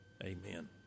Amen